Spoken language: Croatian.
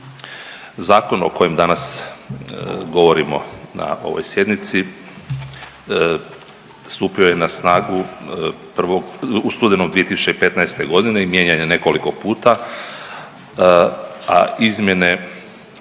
Zakon o kojem danas govorimo na ovoj sjednici, stupio je na snagu 1., u studenom 2015. g. i mijenjan je nekoliko puta, a izmjene